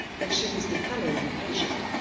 but she was becoming impatient.